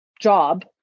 job